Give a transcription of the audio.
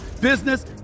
business